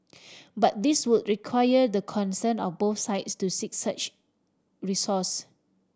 but this would require the consent of both sides to seek such recourse